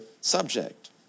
subject